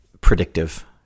predictive